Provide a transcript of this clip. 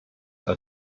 are